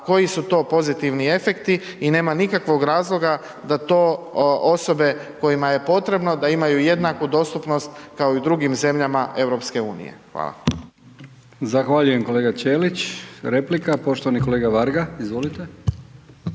koji su to pozitivni efekti i nema nikakvog razloga da to osobe kojima je potrebno da imaju jednaku dostupnost kao i u drugim zemljama EU. Hvala. **Brkić, Milijan (HDZ)** Zahvaljujem kolega Ćelić. Replika, poštovani kolega Varga, izvolite.